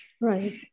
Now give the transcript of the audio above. Right